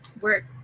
work